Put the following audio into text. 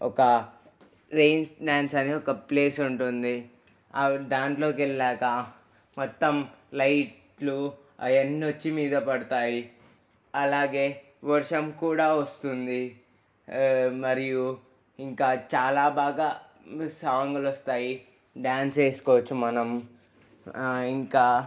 ఒక rain dance అని ఒక ప్లేస్ ఉంటుంది ఆ దాంట్లో వెళ్లాక మొత్తం లైట్లు అయన్ని వచ్చి మీద పడతాయి అలాగే వర్షం కూడా వస్తుంది మరియు ఇంకా చాలా బాగా సాంగులు వస్తాయి డ్యాన్స్ వేసుకోవచ్చు మనం ఇంకా